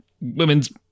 Women's